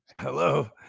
Hello